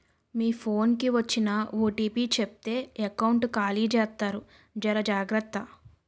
మీ phone కి వచ్చిన OTP చెప్తే ఎకౌంట్ ఖాళీ జెత్తారు జర జాగ్రత్త